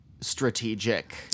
strategic